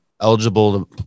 eligible –